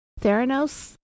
Theranos